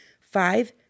five